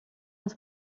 att